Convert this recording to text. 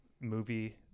movie